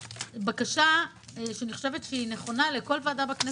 בקשה שאני חושבת שהיא נכונה לכל ועדה בכנסת,